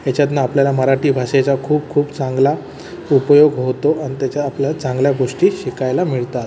ह्याच्यातून आपल्याला मराठी भाषेचा खूप खूप चांगला उपयोग होतो आणि त्याच्या आपल्याला चांगल्या गोष्टी शिकायला मिळतात